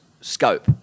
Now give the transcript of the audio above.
scope